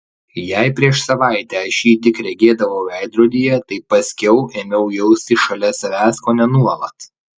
jei prieš savaitę aš jį tik regėdavau veidrodyje tai paskiau ėmiau jausti šalia savęs kone nuolat